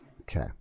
Okay